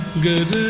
good